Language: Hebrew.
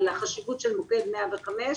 על החשיבות של מוקד 105,